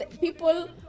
people